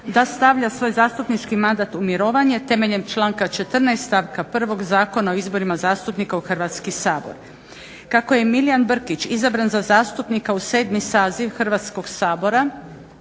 da stavlja svoj zastupnički mandat u mirovanje temeljem članka 14. stavka 1. Zakona o izborima zastupnika u Hrvatski sabor. Kako je Milijan Brkić izabran za zastupnika u 7. saziv Hrvatskog sabora